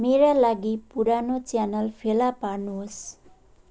मेरा लागि पुरानो च्यानल फेला पार्नुहोस्